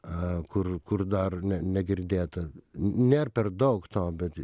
a kur kur dar ne negirdėta n nėr per daug to bet